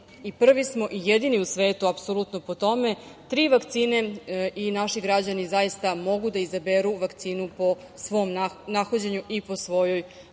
i prvi smo i jedini u svetu apsolutno po tome, tri vakcine i naši građani zaista mogu da izaberu vakcinu po svom nahođenju i po svojoj